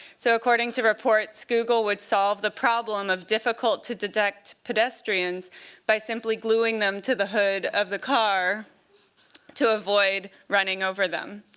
so according to reports, google would solve the problem of difficult-to-detect pedestrians by simply gluing them to the hood of the car to avoid running over them.